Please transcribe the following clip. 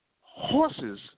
horses